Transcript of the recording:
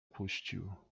puścił